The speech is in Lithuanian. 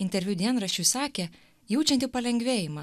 interviu dienraščiui sakė jaučianti palengvėjimą